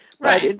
Right